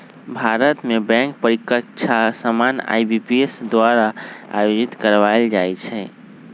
भारत में बैंक परीकछा सामान्य आई.बी.पी.एस द्वारा आयोजित करवायल जाइ छइ